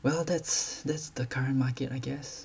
well that's that's the current market I guess